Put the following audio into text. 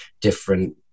different